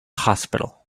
hospital